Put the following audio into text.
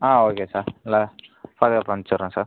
ஆ okay sir நல்லா பாதுகாப்பாக அனுச்சிவிடுறேன் சார்